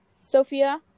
Sophia